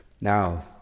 Now